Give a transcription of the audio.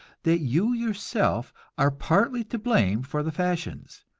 that you yourself are partly to blame for the fashions.